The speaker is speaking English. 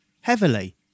heavily